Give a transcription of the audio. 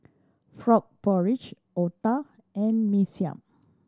frog porridge otah and Mee Siam